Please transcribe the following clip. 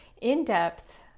in-depth